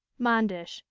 manders.